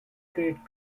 great